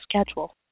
schedule